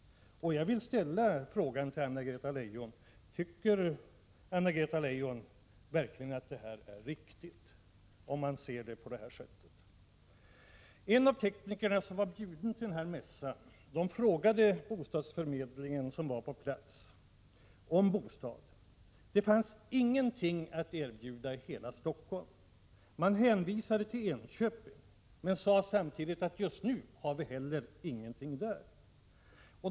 Jag vill fråga Anna-Greta Leijon om hon verkligen tycker att det är riktigt. En av de tekniker som bjöds till mässan frågade bostadsförmedlingens representant som var på plats efter bostad. Det visade sig att det inte fanns någonting att erbjuda i hela Stockholm. Man hänvisade till Enköping, men sade samtidigt att det inte heller fanns någonting där för tillfället.